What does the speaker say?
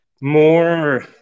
more